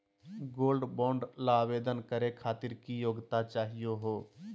Gold bond ल आवेदन करे खातीर की योग्यता चाहियो हो?